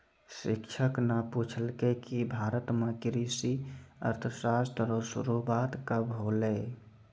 शिक्षक न पूछलकै कि भारत म कृषि अर्थशास्त्र रो शुरूआत कब होलौ